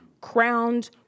crowned